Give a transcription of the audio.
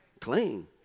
Clean